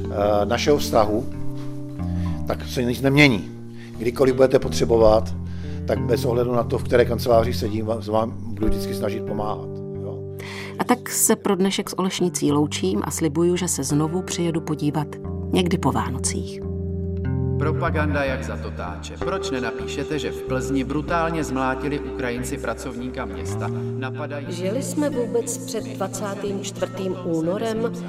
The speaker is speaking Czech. Eh, našeho vztahu, tak se nic nemění. Kdykoliv budete potřebovat, tak bez ohledu na to, v které kanceláři sedím, vám- s vám budu vždycky snažit pomáhat, jo. A tak se pro dnešek s Olešnicí loučím a slibuju, že se znovu přijedu podívat někdy po Vánocích. Propaganda jak za totáče. Proč nenapíšete, že v Plzni brutálně zmlátili Ukrajinci pracovníka města? Napadají- Žili jsme vůbec před 24. únorem?